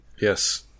Yes